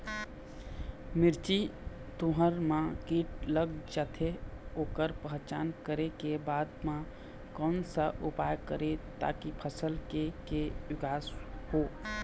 मिर्ची, तुंहर मा कीट लग जाथे ओकर पहचान करें के बाद मा कोन सा उपाय करें ताकि फसल के के विकास हो?